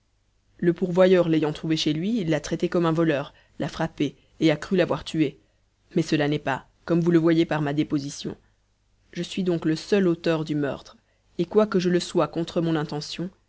le pourvoyeur l'ayant trouvé chez lui l'a traité comme un voleur l'a frappé et a cru l'avoir tué mais cela n'est pas comme vous le voyez par ma déposition je suis donc le seul auteur du meurtre et quoique je le sois contre mon intention